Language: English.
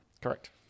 correct